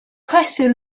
cwestiwn